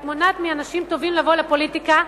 את מונעת מאנשים טובים לבוא לפוליטיקה,